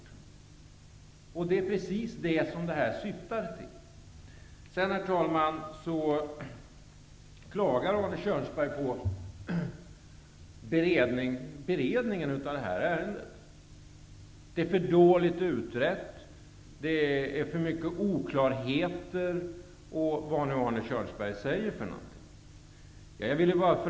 Det är precis det som denna förändring syftar till. Herr talman! Arne Kjörnsberg klagar på beredningen av det här ärendet. Han säger t.ex. att ärendet är för dåligt utrett och att det finns för mycket oklarheter.